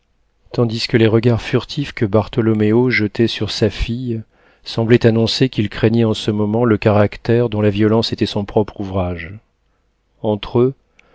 tandis que les regards furtifs que bartholoméo jetait sur sa fille semblaient annoncer qu'il craignait en ce moment le caractère dont la violence était son propre ouvrage entre eux